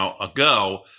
ago